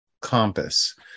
compass